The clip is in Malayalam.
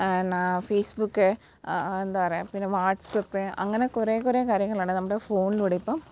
എന്നാൽ ഫേസ് ബുക്ക് എന്താ പറയുക പിന്നെ വാട്സപ്പെ അങ്ങനെ കുറെ കുറെ കാര്യങ്ങളാണ് നമ്മുടെ ഫോൺലൂടെ ഇപ്പം